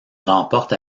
remporte